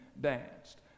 danced